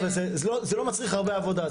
וזה לא מצריך הרבה עבודה,